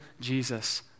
Jesus